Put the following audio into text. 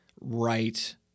right